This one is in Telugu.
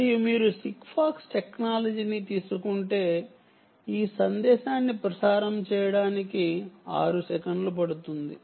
మరియు మీరు సిగ్ఫాక్స్ టెక్నాలజీని తీసుకుంటే ఈ సందేశాన్ని ప్రసారం చేయడానికి 6 సెకన్లు పడుతుంది